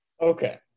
Okay